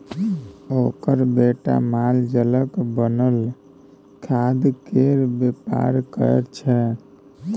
ओकर बेटा मालजालक बनल खादकेर बेपार करय छै